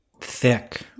thick